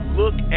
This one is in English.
look